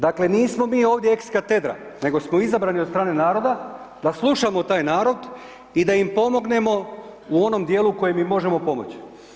Dakle, nismo mi ovdje ekskatedra, nego smo izabrani od strane naroda, da slušamo taj narod i da im pomognemo u onome dijelu u kojem im možemo pomoći.